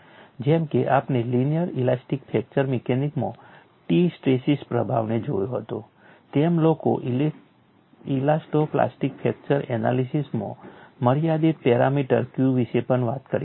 જેમ કે આપણે લિનિયર ઇલાસ્ટિક ફ્રેક્ચર મિકેનિક્સમાં T સ્ટ્રેસીસ પ્રભાવને જોયો હતો તેમ લોકો ઇલાસ્ટો પ્લાસ્ટિક ફ્રેક્ચર એનાલિસીસમાં મર્યાદિત પેરામીટર Q વિશે પણ વાત કરી રહ્યા છે